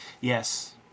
Yes